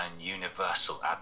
universal